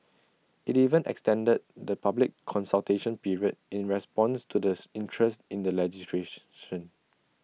IT even extended the public consultation period in response to the interest in the legislation